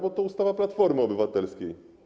Bo to ustawa Platformy Obywatelskiej.